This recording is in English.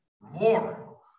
more